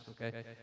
okay